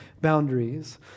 boundaries